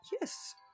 Yes